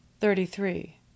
Thirty-three